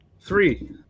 Three